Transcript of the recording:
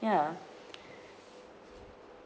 ya